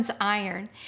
iron